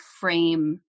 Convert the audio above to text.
frame